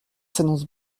s’annonce